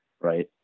right